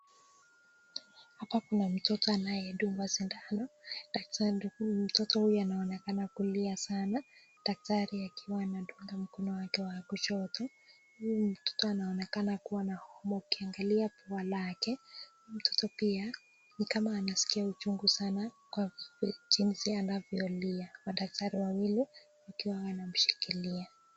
Hapa kuna mtoto anayedungwa sindano, mtoto huyu anaonekana kulia sana daktari akiwa anadunga mkono wake wa kushoto, huyu mtoto anaonekana kuwa na homa ukiangalia pua lake, huyu mtoto pia ni kama anaskia uchungu sana kwa vile jinsi anavyolia, madaktari wawili wakiwa wanamshikilia.